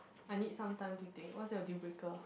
I need some time to think what's your deal breaker